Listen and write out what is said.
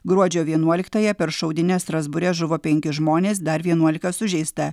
gruodžio vienuoliktąją per šaudynes strasbūre žuvo penki žmonės dar vienuolika sužeista